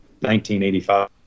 1985